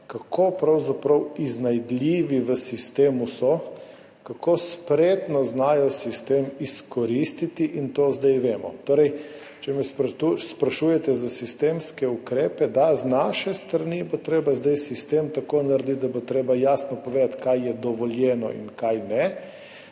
kako pravzaprav iznajdljivi v sistemu so, kako spretno znajo sistem izkoristiti, in to zdaj vemo. Torej če me sprašujete za sistemske ukrepe, da, z naše strani bo treba zdaj sistem tako narediti, da bo treba jasno povedati, kaj je dovoljeno in kaj ne.